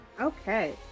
Okay